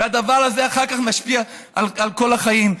והדבר הזה אחר כך משפיע על כל החיים.